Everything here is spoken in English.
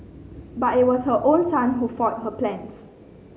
but it was her own son who foiled her plans